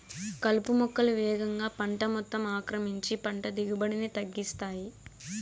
కలుపు మొక్కలు వేగంగా పంట మొత్తం ఆక్రమించి పంట దిగుబడిని తగ్గిస్తాయి